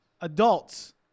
adults